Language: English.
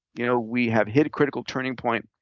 you know we have hit a critical turning point.